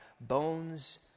bones